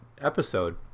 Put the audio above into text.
episode